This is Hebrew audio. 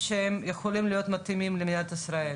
שהם יכולים להיות מתאימים למדינת ישראל.